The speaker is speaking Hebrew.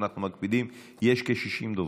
אנחנו מקפידים, יש כ-60 דוברים,